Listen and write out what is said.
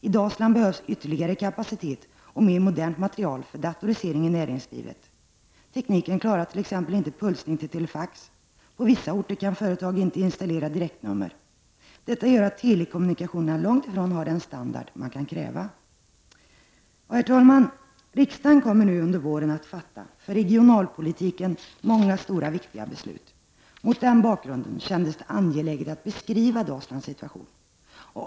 I Dalsland behövs ytterligare kapacitet och mer modern materiel för datorisering av näringslivet. Tekniken klarar t.ex. inte pulsning till telefax. På vissa orter kan företag inte installera direktnummer. Detta gör att telekommunikationerna långt ifrån har den standard som man kan kräva. Herr talman! Riksdagen kommer under våren att fatta många stora och viktiga beslut som rör regionalpolitiken. Mot den bakgrunden kändes det angeläget att beskriva Dalslands situation.